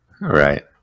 Right